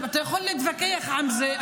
אתה יכול להתווכח עם זה,